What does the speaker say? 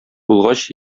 булгач